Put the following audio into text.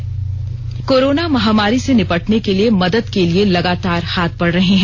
Arjun Munda corona महामारी से निपटने के लिए मदद के लिए लगातार हाथ बढ़ रहे हैं